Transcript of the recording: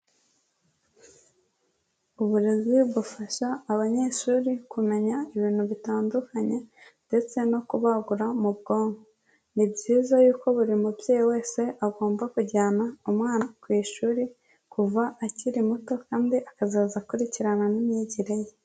Uburezi bufasha abanyeshuri kumenya ibintu bitandukanye ndetse no kubagura mu bwonko. Ni byiza yuko buri mubyeyi wese agomba kujyana umwana ku ishuri kuva akiri muto kandi akazaza akurikirana n'imyigire ye.